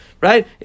right